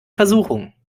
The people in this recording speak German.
versuchung